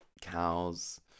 cows